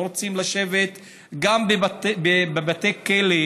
לא רוצים לשבת בבתי כלא.